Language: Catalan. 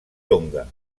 tonga